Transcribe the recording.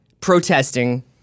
protesting